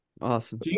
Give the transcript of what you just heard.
Awesome